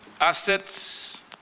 assets